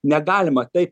negalima taip